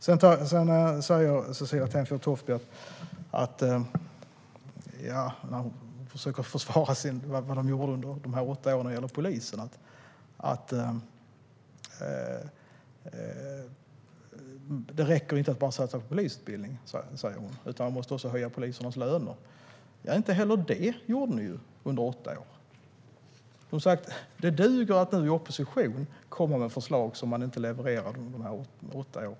Sedan säger Cecilie Tenfjord-Toftby, när hon försöker försvara vad man gjorde under sina åtta år när det gäller polisen, att det inte räcker att bara satsa på polisutbildningen i Sverige utan att man måste höja polisernas löner. Inte heller det gjorde ni ju under åtta år, Cecilie Tenfjord-Toftby. Som sagt: Det duger att nu i opposition komma med förslag som man inte levererade under sina åtta år.